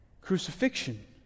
Crucifixion